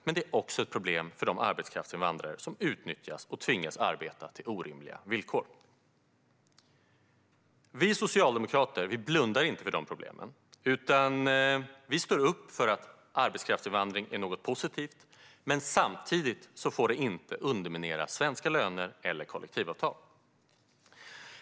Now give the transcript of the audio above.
Men det är också ett problem för de arbetskraftsinvandrare som utnyttjas och tvingas arbeta under orimliga villkor. Vi socialdemokrater blundar inte för de problemen. Vi står upp för att arbetskraftsinvandring är något positivt, men det får samtidigt inte underminera svenska löner eller kollektivavtal.